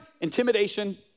intimidation